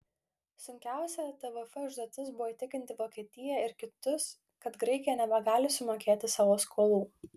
sunkiausia tvf užduotis buvo įtikinti vokietiją ir kitus kad graikija nebegali sumokėti savo skolų